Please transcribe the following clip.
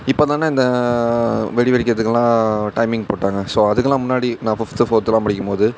இப்போ தான இந்த வெடி வெடிக்கிறதுக்கலாம் டைமிங் போட்டாங்க ஸோ அதுக்கெலாம் முன்னாடி நான் ஃபிஃப்த்து ஃபோர்த்தெலாம் படிக்கும்போது